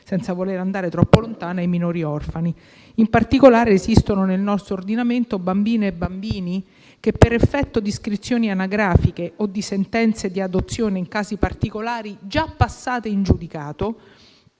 senza voler andare troppo lontano, ai minori orfani. In particolare, esistono nel nostro ordinamento bambine e bambini che, per effetto di iscrizioni anagrafiche o in casi particolari di sentenze di adozione già passate in giudicato